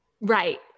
right